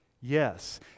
Yes